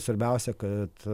svarbiausia kad